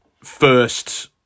first